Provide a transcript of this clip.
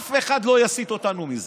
אף אחד לא יסיט אותנו מזה,